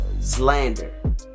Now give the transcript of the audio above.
slander